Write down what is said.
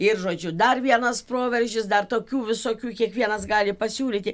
ir žodžiu dar vienas proveržis dar tokių visokių kiekvienas gali pasiūlyti